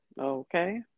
Okay